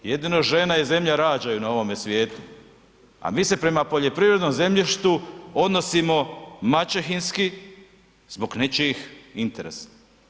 Jedino žena i zemlja rađaju na ovome svijetu, a mi se prema poljoprivrednom zemljištu odnosimo maćehinski zbog nečijih interesa.